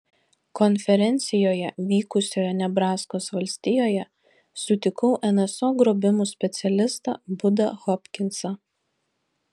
konferencijoje vykusioje nebraskos valstijoje sutikau nso grobimų specialistą budą hopkinsą